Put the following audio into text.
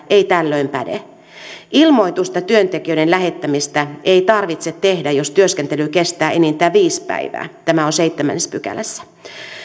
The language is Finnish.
ei tällöin päde ilmoitusta työntekijöiden lähettämisestä ei tarvitse tehdä jos työskentely kestää enintään viisi päivää tämä on seitsemännessä pykälässä